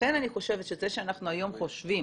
ולכן אני חושבת שזה שאנחנו היום חושבים